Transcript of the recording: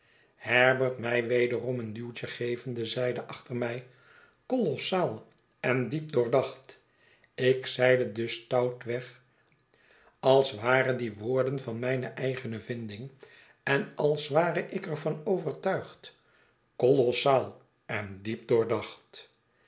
herbert mij wederom een duwtje gevende zeide achter mij kolossaal en diep doordacht ik zeide dus stoutweg als waren die woorden van mijne eigene vinding en als ware ik er van overtuigd kolossaal en diep